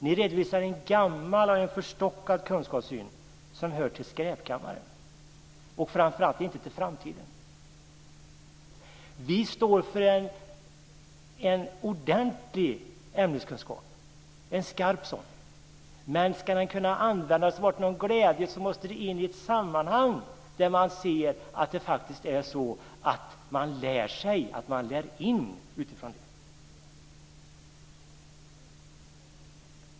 Ni redovisar en gammal och förstockad kunskapssyn som hör till skräpkammaren och framför allt inte till framtiden. Vi står för en ordentlig och skarp ämneskunskap, men ska den kunna användas och vara till någon glädje måste den in i ett sammanhang där man ser att man faktiskt lär sig något.